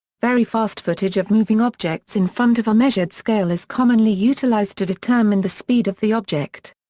very fast footage of moving objects in front of a measured scale is commonly utilized to determine the speed of the object.